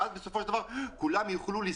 ואז כולם יוכלו לזכות.